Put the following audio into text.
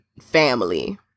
family